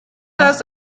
das